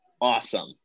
awesome